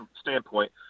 standpoint